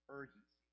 urgency